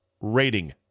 rating